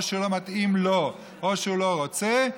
או שלא מתאים לו או שהוא לא רוצה,